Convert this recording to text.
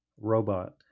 robot